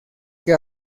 que